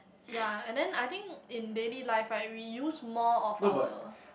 ya and then I think in daily life right we use more of our